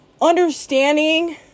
Understanding